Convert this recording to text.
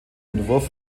entwurf